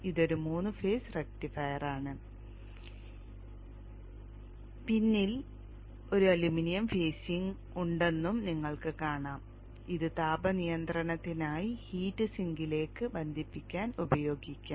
ഇതൊരു 3 ഫേസ് റക്റ്റിഫയറാണ് പിന്നിൽ ഒരു അലുമിനിയം ഫേസിംഗ് ഉണ്ടെന്ന് നിങ്ങൾ കാണും ഇത് താപ നിയന്ത്രണത്തിനായി ഹീറ്റ് സിങ്കിലേക്ക് ബന്ധിപ്പിക്കാൻ ഉപയോഗിക്കാം